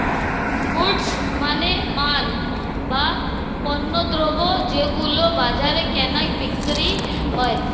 goods মানে মাল, বা পণ্যদ্রব যেগুলো বাজারে কেনা বিক্রি হয়